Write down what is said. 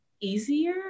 easier